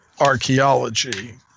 archaeology